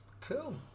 Cool